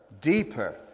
deeper